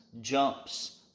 jumps